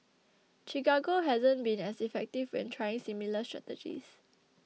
Chicago hasn't been as effective when trying similar strategies